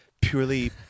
purely